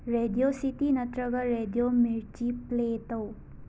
radio city ꯅꯠꯇ꯭ꯔꯒ radio Mirchi play ꯇꯧ